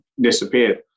disappeared